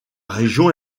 région